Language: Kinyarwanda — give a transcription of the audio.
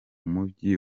mujyi